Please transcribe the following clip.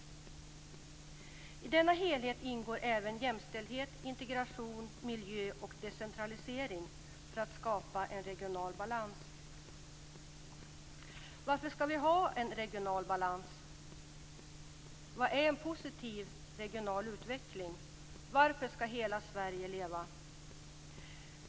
I denna helhet ingår även jämställdhet, integration, miljö och decentralisering för att skapa en regional balans. Varför skall vi ha en regional balans? Vad är en positiv regional utveckling? Varför skall hela Sverige leva?